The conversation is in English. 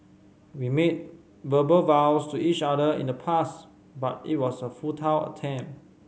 we made verbal vows to each other in the past but it was a futile attempt